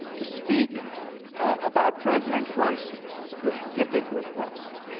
to speak about president trump's specific requests.